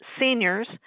seniors